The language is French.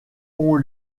ont